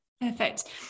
Perfect